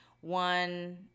One